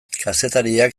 kazetariak